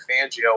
Fangio